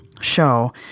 show